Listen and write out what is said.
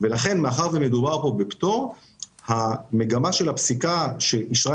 מאחר ומדובר פה בפטור המגמה של הפסיקה שאישרה